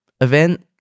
event